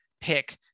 pick